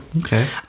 okay